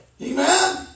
Amen